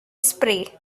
spray